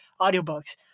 audiobooks